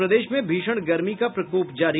और प्रदेश में भीषण गर्मी का प्रकोप जारी